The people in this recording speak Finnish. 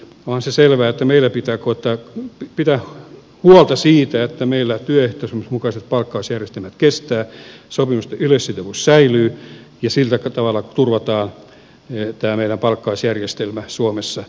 onhan se selvää että meidän pitää pitää huolta siitä että meillä työehtosopimusten mukaiset palkkausjärjestelmät kestävät sopimusten yleissitovuus säilyy ja sillä tavalla turvataan tämä meidän palkkausjärjestelmämme suomessa